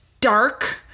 dark